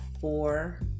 four